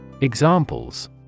Examples